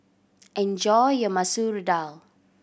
enjoy your Masoor Dal